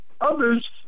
others